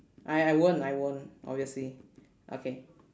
I I won't I won't obviously okay